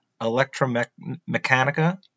Electromechanica